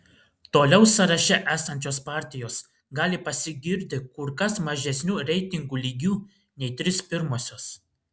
toliau sąraše esančios partijos gali pasigirti kur kas mažesniu reitingų lygiu nei trys pirmosios